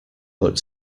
but